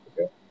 Okay